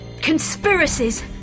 conspiracies